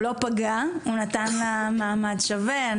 הוא לא פגע, הוא נתן לה מעמד שווה.